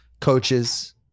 Coaches